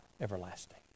everlasting